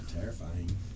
terrifying